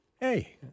Hey